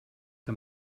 der